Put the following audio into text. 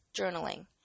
journaling